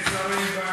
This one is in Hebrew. אתה רואה?